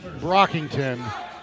Brockington